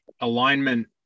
alignment